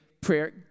prayer